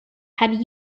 had